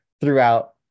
throughout